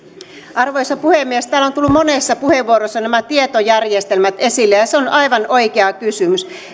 arvoisa puhemies täällä ovat tulleet monessa puheenvuorossa nämä tietojärjestelmät esille ja se on aivan oikea kysymys